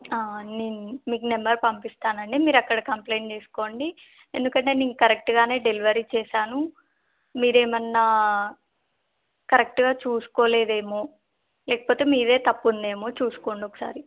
నేను మీకు నెంబర్ పంపిస్తాను అండి మీరు అక్కడ కంప్లైంట్ చేసుకోండి ఎందుకంటే నేను కరెక్ట్గా డెలివరీ చేశాను మీరు ఏమన్నా కరెక్ట్గా చూసుకోలేదో ఏమో లేకపోతే మీరు తప్పు ఉంది ఏమో చూసుకోండి ఒకసారి